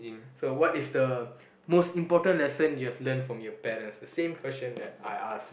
so what is the most important lesson you have learnt from your parents the same questions that I ask